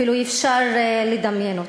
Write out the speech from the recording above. אפילו אי-אפשר לדמיין אותו.